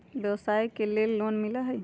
व्यवसाय के लेल भी लोन मिलहई?